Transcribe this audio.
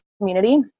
community